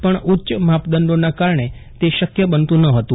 પણ ઉચ્ય માપદંડોના કારણે તે શક્ય બનતુ ન હતું